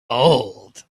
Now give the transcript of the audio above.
old